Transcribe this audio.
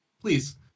please